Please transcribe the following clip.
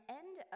end